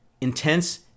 intense